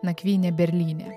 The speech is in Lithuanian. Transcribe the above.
nakvynė berlyne